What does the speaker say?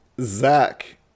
Zach